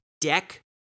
deck